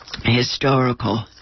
historical